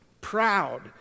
proud